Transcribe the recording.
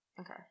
Okay